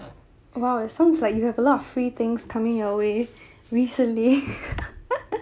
well it sounds like you have a lot of free things coming your way recently